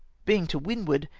being to windward,